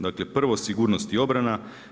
Dakle, prvo sigurnost i obrana.